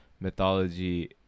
mythology